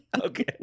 Okay